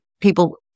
People